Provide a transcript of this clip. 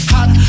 Hot